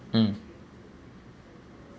mm